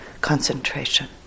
concentration